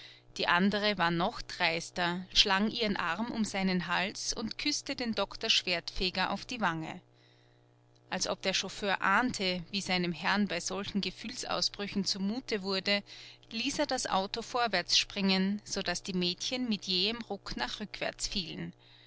eine andere war noch dreister schlang ihren arm um seinen hals und küßte den doktor schwertfeger auf die wange als ob der chauffeur ahnte wie seinem herrn bei solchen gefühlsausbrüchen zumute wurde ließ er das auto vorwärts springen so daß die mädchen mit jähem ruck nach rückwärts fielen